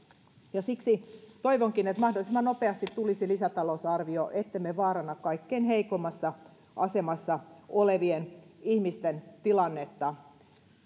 siksi toivonkin että mahdollisimman nopeasti tulisi lisätalousarvio ettemme vaaranna kaikkein heikoimmassa asemassa olevien ihmisten tilannetta